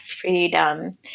freedom